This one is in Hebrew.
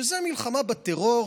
שזה מלחמה בטרור,